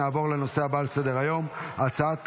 להלן תוצאות ההצבעה: 31 בעד, 55 מתנגדים.